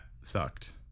sucked